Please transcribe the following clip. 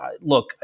Look